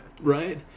Right